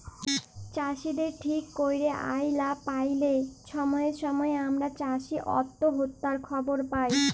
চাষীদের ঠিক ক্যইরে আয় লা প্যাইলে ছময়ে ছময়ে আমরা চাষী অত্যহত্যার খবর পায়